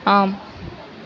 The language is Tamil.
ஆம்